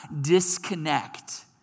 disconnect